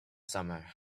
summer